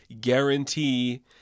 guarantee